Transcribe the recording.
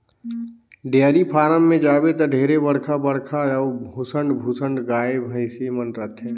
dairy farm में जाबे त ढेरे बड़खा बड़खा अउ भुसंड भुसंड गाय, भइसी मन रथे